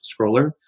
scroller